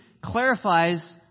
clarifies